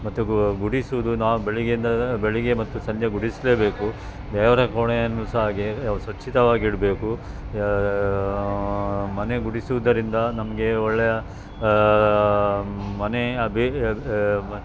ಮತ್ತು ಗುಡಿಸುವುದು ನಾವು ಬೆಳಗ್ಗೆಯಿಂದ ಬೆಳಗ್ಗೆ ಮತ್ತು ಸಂಜೆ ಗುಡಿಸಲೇಬೇಕು ದೇವರ ಕೋಣೆಯನ್ನು ಸಹ ಹಾಗೆ ಸ್ವಚ್ಛವಾಗಿಡ್ಬೇಕು ಯ ಮನೆ ಗುಡಿಸುವುದರಿಂದ ನಮಗೆ ಒಳ್ಳೆಯ ಮನೆಯು ಬೇಗ